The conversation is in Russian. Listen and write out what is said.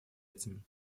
этим